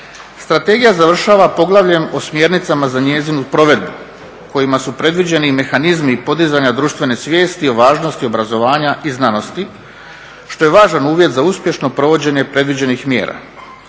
Strategija završava poglavljem o smjernicama za njezinu provedbu kojima su predviđeni i mehanizmi podizanja društvene svijesti o važnosti obrazovanja i znanosti što je važan uvjet za uspješno provođenje predviđenih mjera.